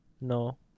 No